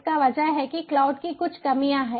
इसकी वजह है कि क्लाउड की कुछ कमियां हैं